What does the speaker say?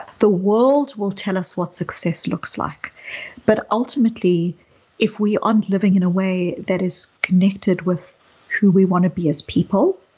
the world will tell us what success looks like but ultimately if we aren't living in a way that is connected with who we want to be as people,